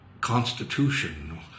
constitution